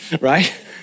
right